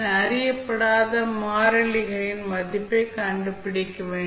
என அறியப்படாத மாறிலிகளின் மதிப்பை கண்டுபிடிக்க வேண்டும்